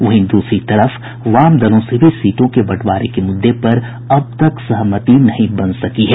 वहीं दूसरी तरफ वाम दलों से भी सीटों के बंटवारे के मुद्दे पर अब तक सहमति नहीं बन सकी है